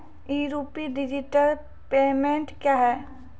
ई rupee digital payment क्या हैं?